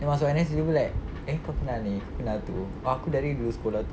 then masuk N_S you will be like eh kau kenal ni kau kenal tu oh aku dari dulu sekolah tu